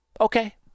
Okay